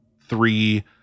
three